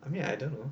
I mean I don't know